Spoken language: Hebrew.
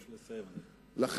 נא לסיים, אדוני.